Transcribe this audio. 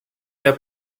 der